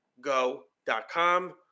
Go.com